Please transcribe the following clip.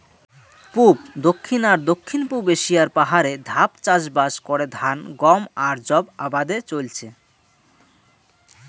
পুব, দক্ষিণ আর দক্ষিণ পুব এশিয়ার পাহাড়ে ধাপ চাষবাস করে ধান, গম আর যব আবাদে চইলচে